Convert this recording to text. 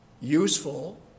useful